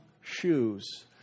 shoes